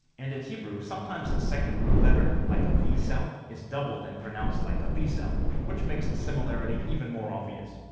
and in hebrew sometimes the second root letter, like a v sound, is doubled and pronounced like a b sound, which makes the similarity even more obvious.